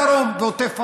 זה הדרום, בעוטף עזה.